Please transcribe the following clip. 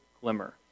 glimmer